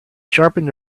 sharpened